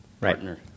partner